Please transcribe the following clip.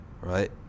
Right